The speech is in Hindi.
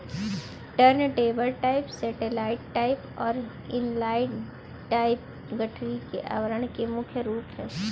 टर्नटेबल टाइप, सैटेलाइट टाइप और इनलाइन टाइप गठरी आवरण के तीन मुख्य रूप है